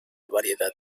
variedad